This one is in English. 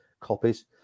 copies